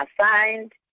assigned